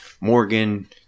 Morgan